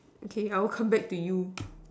okay I will come back to you